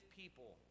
people